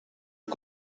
aux